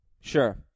Sure